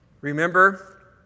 remember